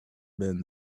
been